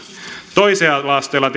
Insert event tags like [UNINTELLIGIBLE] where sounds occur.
toisella asteella [UNINTELLIGIBLE]